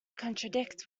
contradict